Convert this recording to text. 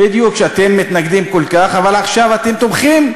בדיוק, שאתם מתנגדים כל כך, אבל עכשיו אתם תומכים.